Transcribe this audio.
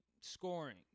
Scoring